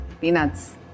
peanuts